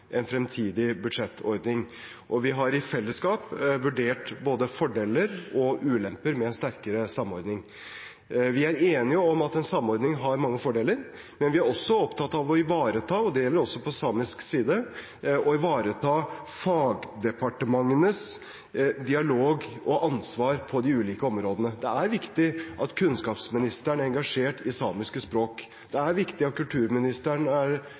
en fremtidig budsjettordning, og vi har i fellesskap vurdert både fordeler og ulemper med sterkere samordning. Vi er enige om at en samordning har mange fordeler, men vi er også opptatt av å ivareta – det gjelder også på samisk side – fagdepartementenes dialog og ansvar på de ulike områdene. Det er viktig at kunnskapsministeren er engasjert i samiske språk. Det er viktig at kulturministeren er